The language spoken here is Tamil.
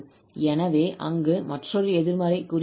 எனவே அங்கு மற்றொரு எதிர்மறை குறி இருக்கும்